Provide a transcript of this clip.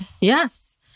Yes